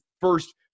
first –